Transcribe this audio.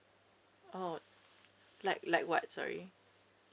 oh like like what sorry